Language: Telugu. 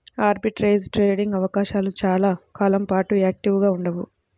ఆర్బిట్రేజ్ ట్రేడింగ్ అవకాశాలు చాలా కాలం పాటు యాక్టివ్గా ఉండవు